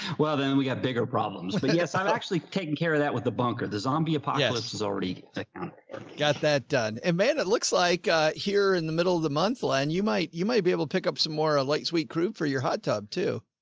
well then we've got bigger problems, but yes, i'm actually taking care of that with the bunker. the zombie apocalypse has already ah kind of got that done. it made, it looks like here in the middle of the month land you might, you might be able to pick up some more ah light sweet crude for your hot tub too.